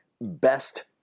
best